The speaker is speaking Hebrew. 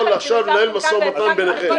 אני לא יכול עכשיו לנהל משא ומתן ביניכם.